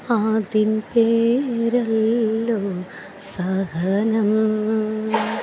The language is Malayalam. അതിൻ പേരല്ലോ സഹനം